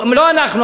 לא אנחנו,